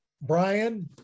Brian